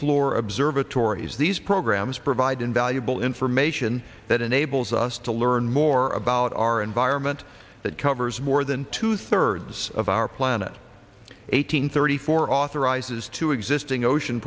floor observatories these programs provide invaluable information that enables us to learn more about our environment that covers more than two thirds of our planet eight hundred thirty four authorizes two existing ocean